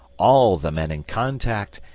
all the men in contact,